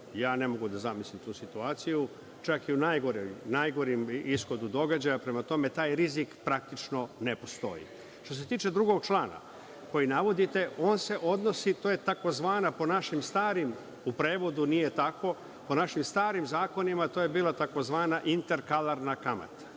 Ja ne mogu da zamislim tu situaciju, čak i u najgorem ishodu događaja. Prema tome, taj rizik praktično ne postoji. Što se tiče drugog člana koji navodite, on se odnosi, u prevodu nije tako, po našim starim zakonima to je bila tzv. interkalarna kamata.